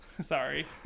Sorry